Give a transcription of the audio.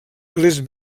les